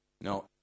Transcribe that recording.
no